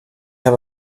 have